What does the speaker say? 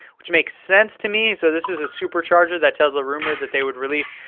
which makes sense to me. so this is a supercharger that tesla rumored that they would release,